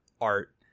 art